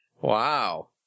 Wow